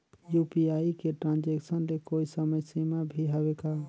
UPI के transaction ले कोई समय सीमा भी हवे का?